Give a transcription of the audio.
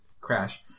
crash